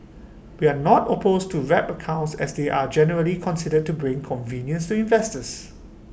we are not opposed to wrap accounts as they are generally considered to bring convenience to investors